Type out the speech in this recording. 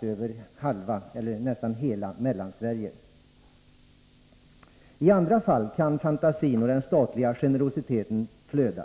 över halva eller snart sagt hela Mellansverige. I andra fall kan fantasin och den statliga generositeten flöda.